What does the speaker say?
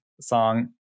song